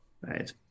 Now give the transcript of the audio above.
Right